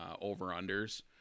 over-unders